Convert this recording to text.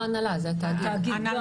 זה לא הנהלה, זה התאגיד.